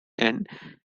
and